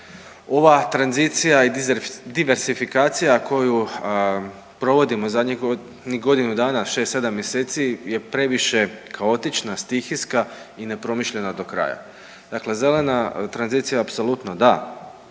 ova tranzicija i diversifikacija koju provodimo zadnjih ni godinu dana, 6-7 mjeseci je previše kaotična, stihijska i nepromišljena do kraja. Dakle, zelena tranzicija apsolutno da,